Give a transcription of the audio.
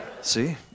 See